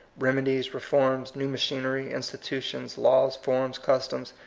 remedies, reforms new machinery, institu tions, laws, forms, customs,